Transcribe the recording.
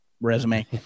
resume